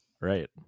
Right